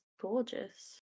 gorgeous